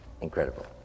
Incredible